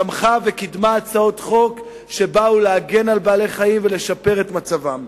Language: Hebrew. תמכה וקידמה הצעות חוק שנועדו להגן על בעלי-חיים ולשפר את מצבם.